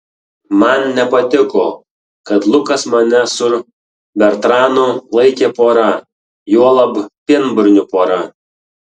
man nepatiko kad lukas mane su bertranu laikė pora juolab pienburnių pora